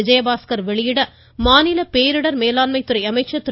விஜயபாஸ்கர் வெளியிட மாநில பேரிடர் மேலாண்மை துறை அமைச்சர் திரு